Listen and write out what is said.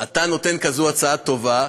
אתה נותן כזאת הצעה טובה,